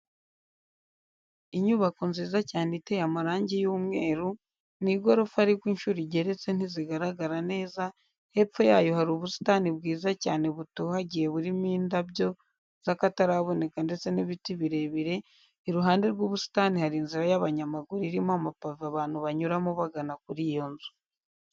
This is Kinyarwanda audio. Inyubako nziza cyane iteye amarangi y'umweru, ni igorofa ariko inshuro igeretse ntizigaragara neza, hepfo yayo hari ubusitani bwiza cyane butohagiye burimo indabyo z'akataraboneka ndetse n'ibiti birebire, iruhande rw'ubusitani hari inzira y'abanyamaguru irimo amapave abantu banyuramo bagana kuri iyo nzu.